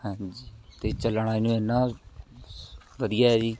ਹਾਂਜੀ ਅਤੇ ਚੱਲਣ ਨੂੰ ਇੰਨਾਂ ਵਧੀਆ ਏ ਜੀ